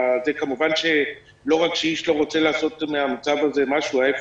כמובן שלא רק שאיש לא רוצה לעשות מן המצב הזה משהו אלא להיפך,